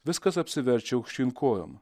viskas apsiverčia aukštyn kojom